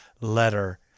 letter